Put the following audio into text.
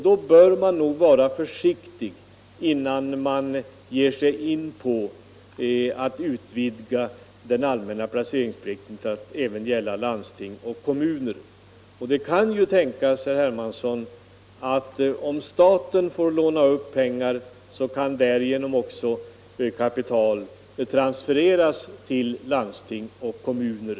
Då bör vi nog vara försiktiga innan vi utvidgar den allmänna placeringsplikten att även omfatta landsting och kommuner. Det kan tänkas, herr Hermansson, att om staten kan låna så finns möjligheter att transferera kapital till landsting och kommuner.